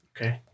okay